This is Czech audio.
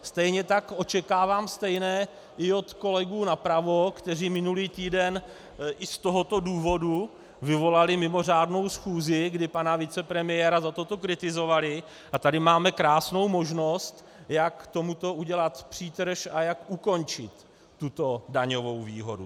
Stejně tak očekávám stejné i od kolegů napravo, kteří minulý týden i z tohoto důvodu vyvolali mimořádnou schůzi, kdy pana vicepremiéra za toto kritizovali, a tady máme krásnou možnost, jak tomuto udělat přítrž a jak ukončit tuto daňovou výhodu.